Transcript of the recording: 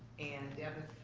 and deb is,